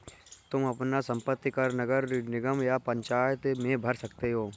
तुम अपना संपत्ति कर नगर निगम या पंचायत में भर सकते हो